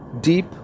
deep